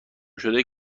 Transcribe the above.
شده